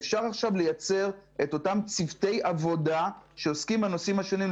אפשר עכשיו לייצר את אותם צוותי עבודה שעוסקים בנושאים השונים,